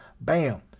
bam